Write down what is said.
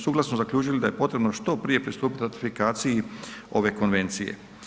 Suglasno su zaključili da je potrebno što prije pristupiti ratifikaciji ove Konvencije.